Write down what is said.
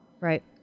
Right